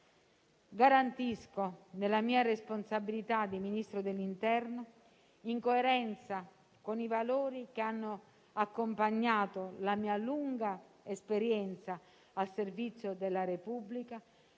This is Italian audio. Garantisco, nella mia responsabilità di Ministro dell'interno, in coerenza con i valori che hanno accompagnato la mia lunga esperienza al servizio della Repubblica,